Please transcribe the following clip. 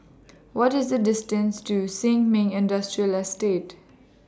What IS The distance to Sin Ming Industrial Estate